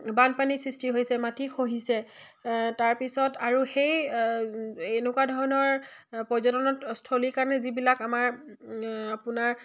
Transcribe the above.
বানপানীৰ সৃষ্টি হৈছে মাটি খহিছে তাৰপিছত আৰু সেই এনেকুৱা ধৰণৰ পৰ্যটনত স্থলীৰ কাৰণে যিবিলাক আমাৰ আপোনাৰ